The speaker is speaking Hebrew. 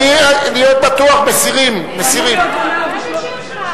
לסעיף 38, חברת הכנסת רונית תירוש,